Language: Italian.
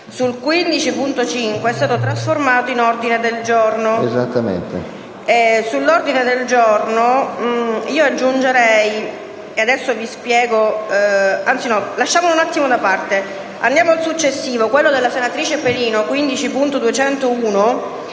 15.5 estato trasformato in un ordine del giorno,